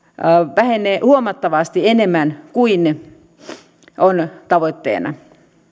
vähenee huomattavasti enemmän kuin on tavoitteena